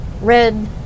Red